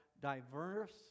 diverse